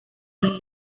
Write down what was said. new